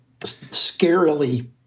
scarily